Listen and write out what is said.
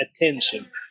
attention